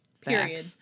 Period